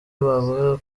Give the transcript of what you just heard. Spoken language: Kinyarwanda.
bavugaga